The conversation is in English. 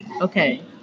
Okay